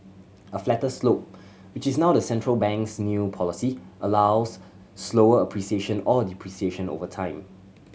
a flatter slope which is now the central bank's new policy allows slower appreciation or depreciation over time